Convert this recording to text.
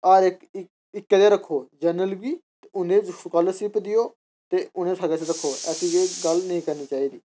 हर इक गी इक्कै जेहा रक्खो जनरल बी उ'नेंई स्कालरशिप देओ ते उ'नें ई रक्खो ऐसी गल्ल कदे निं करनी चाहिदी